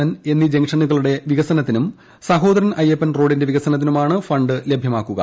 N എന്നീ ജംഗ്ഷനുകളുടെ വികസനത്തിനും സഹോദരൻ അയ്യപ്പൻ റോഡിന്റെ വികസനത്തിനുമാണ് ഫണ്ട് ലഭൃമാക്കുക